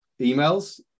emails